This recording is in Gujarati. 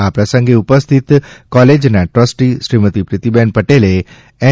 આ પ્રસંગે ઉપસ્થિત કોલેજના ટ્રસ્ટી શ્રીમતી પ્રિતીબેન પટેલે એન